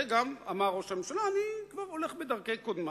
גם אמר ראש הממשלה, אני הולך בדרכי קודמי.